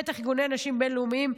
בטח ארגוני נשים בין-לאומיים,